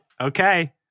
okay